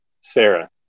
Sarah